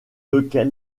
lequel